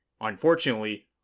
Unfortunately